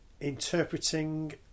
interpreting